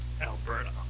Alberta